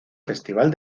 festival